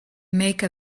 make